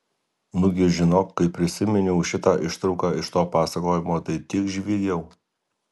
nugi žinok kai prisiminiau šitą ištrauką iš to pasakojimo tai tiek žviegiau